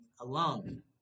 alone